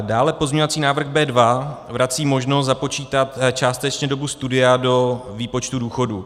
Dále pozměňovací návrh B2 vrací možnost započítat částečně dobu studia do výpočtu důchodu.